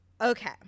Okay